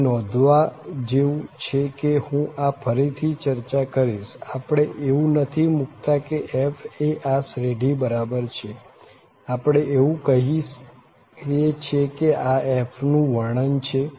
અહીં નોંધવા જેવું છે કે હું આ ફરી થી ચર્ચા કરીશ આપણે એવું નથી મુકતા કે f એ આ શ્રેઢી બરાબર છે આપણે એવું કહીએ છીએ કે આ f નું વર્ણન છે